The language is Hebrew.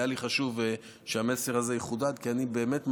היה לי חשוב שהמסר הזה יחודד, כי אני באמת מאמין,